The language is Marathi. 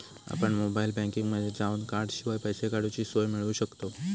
आपण मोबाईल बँकिंगमध्ये जावन कॉर्डशिवाय पैसे काडूची सोय मिळवू शकतव